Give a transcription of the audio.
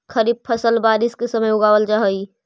खरीफ फसल बारिश के समय उगावल जा हइ